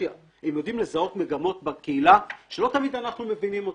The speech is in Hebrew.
הם יודעים לזהות מגמות בקהילה שלא תמיד אנחנו מבינים אותן.